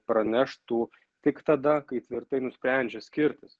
praneštų tik tada kai tvirtai nusprendžia skirtis